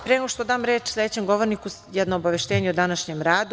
Pre nego što dam reč sledećem govorniku, jedno obaveštenje o današnjem radu.